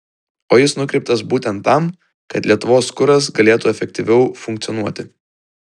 o jis nukreiptas būtent tam kad lietuvos kuras galėtų efektyviau funkcionuoti